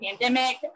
pandemic